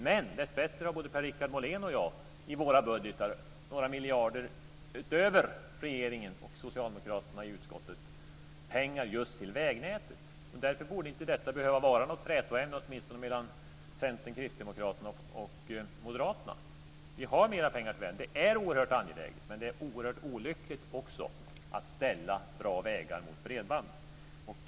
Men dessbättre har både Per-Richard Molén och jag i våra budgetar några miljarder utöver regeringens och Socialdemokraternas i utskottet just till vägnätet. Därför borde inte detta behöva vara något trätoämne mellan Centern, Kristdemokraterna och Moderaterna. Vi har mera pengar till vägarna. Det är oerhört angeläget, men det är också oerhört olyckligt att ställa bra vägar mot bredband.